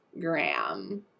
Graham